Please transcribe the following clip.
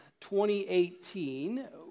2018